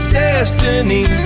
destiny